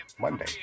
Monday